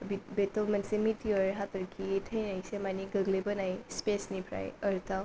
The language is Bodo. बे बेथ' मोनसे मिटियर हाथरखि थैनायसो माने गोग्लैबोनाय स्पेसनिफ्राय आर्थआव